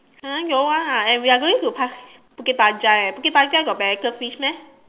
!huh! don't want lah and we are going to pas~ Bukit-Panjang eh Bukit-Panjang got Manhattan fish meh